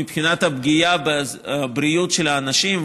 מבחינת הפגיעה בבריאות של האנשים,